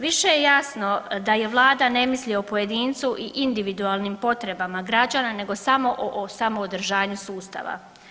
Više je jasno da Vlada ne misli o pojedincu i individualnim potrebama građana, nego samo o održanju sustava.